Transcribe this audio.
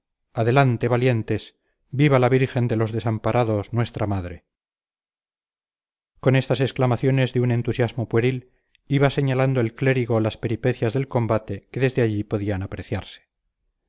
adelante valientes viva la virgen de los desamparados nuestra madre con estas exclamaciones de un entusiasmo pueril iba señalando el clérigo las peripecias del combate que desde allí podían apreciarse